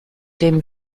dem